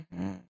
-hmm